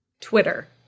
Twitter